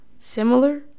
Similar